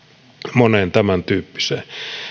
moneen tämän tyyppiseen